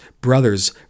brothers